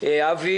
אבי